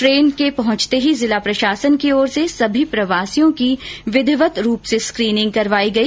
train के पहंचते ही जिला प्रशासन की ओर से सभी प्रवासियों की विधिवत रूप से स्क्रीनिंग करवाई गई